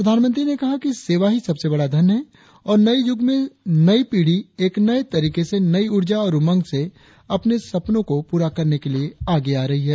प्रधानमंत्री ने कहा कि सेवा ही सबसे बड़ा धन है और नए यूग में नई पीढ़ी एक नए तरीके से नई ऊर्जा और उमंग से अपने सपनों को पूरा करने के लिए आगे आ रही है